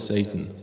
Satan